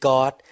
God